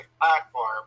platform